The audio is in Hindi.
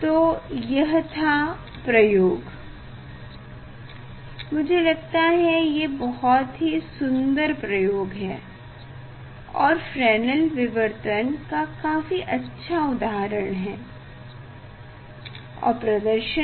तो यह था प्रयोग मुझे लगता है ये बहुत ही सुंदर प्रयोग है और फ्रेनेल विवर्तन का काफी अच्छा उदाहरण और प्रदर्शन भी